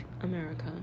America